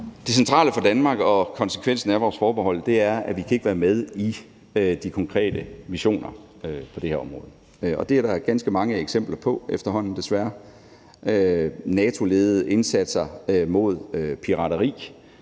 Det centrale for Danmark og konsekvensen af vores forbehold er, at vi ikke kan være med i de konkrete missioner på det her område, og det er der ganske mange eksempler på efterhånden, desværre. Der er f.eks. NATO-ledede indsatser mod pirateri,